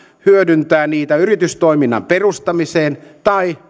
hyödyntää niitä yritystoiminnan perustamiseen tai